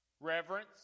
reverence